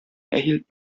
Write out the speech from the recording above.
erhielt